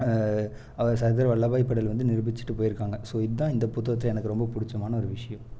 அவர் சர்தார் வல்லபாய் படேல் வந்து நிரூபிச்சிவிட்டு போயிருக்காங்க ஸோ இதான் இந்த புத்தகத்தில் எனக்கு ரொம்ப பிடிச்சமான ஒரு விசயம்